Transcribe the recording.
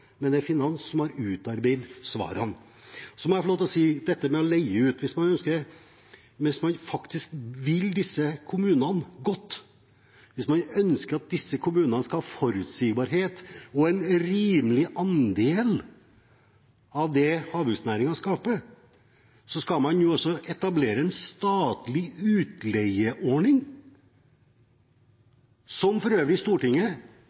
men det er Finansdepartementet som har utarbeidet svarene. Jeg må få lov til å si om dette om å leie ut: Hvis man faktisk vil disse kommunene godt, hvis man ønsker at disse kommunene skal ha forutsigbarhet og en rimelig andel av det havbruksnæringen skaper, skal man også etablere en statlig utleieordning, som for øvrig Stortinget ikke ønsket seg i